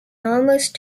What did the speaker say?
almost